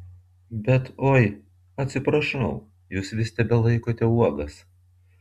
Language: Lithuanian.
bet oi atsiprašau jūs vis tebelaikote uogas